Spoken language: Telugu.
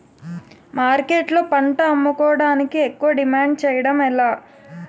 మార్కెట్లో పంట అమ్ముకోడానికి ఎక్కువ డిమాండ్ చేయడం ఎలా?